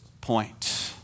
point